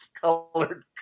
colored